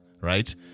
right